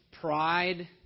pride